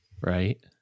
right